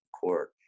court